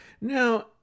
Now